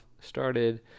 started